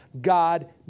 God